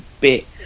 bit